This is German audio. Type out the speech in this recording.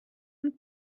und